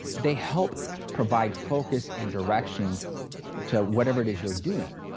they help provide focus and direction to whatever it is you're doing.